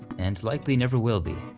and likely never will be.